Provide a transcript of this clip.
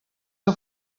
que